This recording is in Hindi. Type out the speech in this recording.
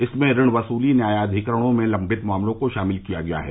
इसमें ऋण वसुली न्यायाधिकरणों में लम्बित मामलों को शामिल किया गया है